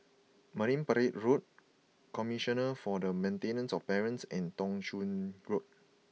Marine Parade Road Commissioner for the Maintenance of Parents and Thong Soon Road